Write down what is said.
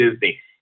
Disney